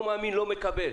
לא מאמין ולא מקבל.